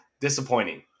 disappointing